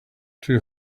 two